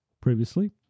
previously